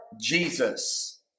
Jesus